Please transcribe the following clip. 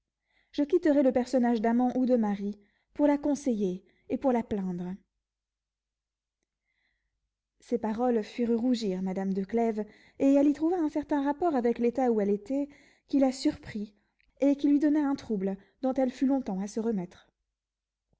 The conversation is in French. je quitterais le personnage d'amant ou de mari pour la conseiller et pour la plaindre ces paroles firent rougir madame de clèves et elle y trouva un certain rapport avec l'état où elle était qui la surprit et qui lui donna un trouble dont elle fut longtemps à se remettre